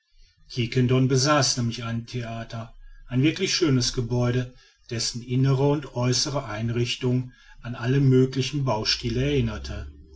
quiquendone besaß nämlich ein theater ein wirklich schönes gebäude dessen innere und äußere einrichtung an alle möglichen baustile erinnerte